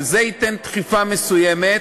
וזה ייתן דחיפה מסוימת.